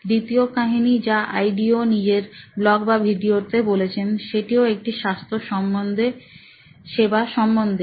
দ্বিতীয় কাহিনী যা আইডিও নিজেদের ব্লগ বা ভিডিওতে বলেছেন সেটিও একটি স্বাস্থ্য সেবা সম্বন্ধে